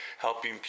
helping